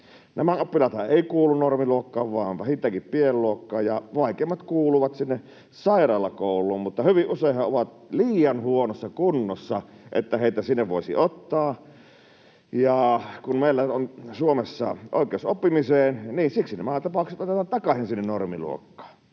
Nämä oppilaathan eivät kuulu normiluokkaan vaan vähintäänkin pienluokkaan, ja vaikeimmat kuuluvat sinne sairaalakouluun. Mutta hyvin useinhan he ovat liian huonossa kunnossa, että heitä sinne voisi ottaa, ja kun meillä on Suomessa oikeus oppimiseen, niin siksi nämä tapaukset otetaan takaisin sinne normiluokkaan.